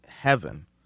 Heaven